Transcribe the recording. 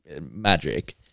magic